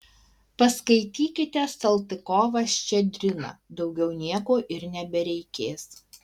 paskaitykite saltykovą ščedriną daugiau nieko ir nebereikės